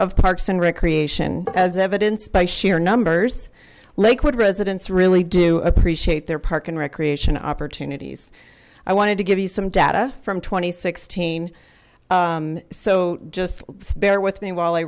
of parks and recreation as evidenced by sheer numbers lakewood residents really do appreciate their park and recreation opportunities i wanted to give you some data from two thousand and sixteen so just bear with me while i